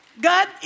God